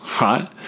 right